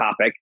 topic